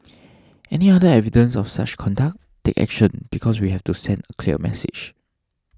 any other evidence of such conduct take action because we have to send a clear message